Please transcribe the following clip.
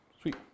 Sweet